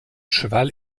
cheval